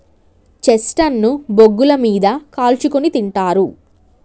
chestnut ను బొగ్గుల మీద కాల్చుకుని తింటారు